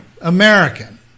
American